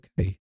okay